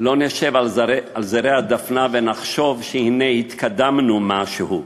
לא ננוח על זרי הדפנה ונחשוב שהנה, התקדמנו במשהו.